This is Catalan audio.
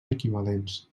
equivalents